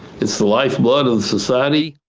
it's the lifeblood of society.